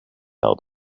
out